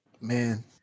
Man